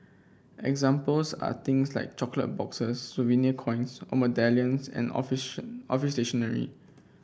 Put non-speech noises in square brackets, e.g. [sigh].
examples are things like chocolate boxes souvenir coins or medallions and office [unintelligible] office stationery